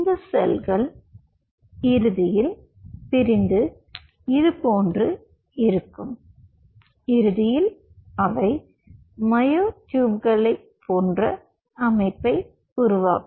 இந்த செல்கள் இறுதியில் பிரிந்து இதுபோன்று இருக்கும் இறுதியில் அவை மயோட்டூப்களை போன்ற அமைப்பு உருவாக்கும்